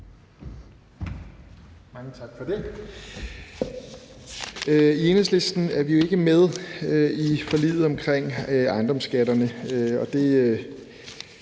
Mange tak for det. I Enhedslisten er vi jo ikke med i forliget omkring ejendomsskatterne,